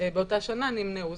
באותה שנה נמנעו.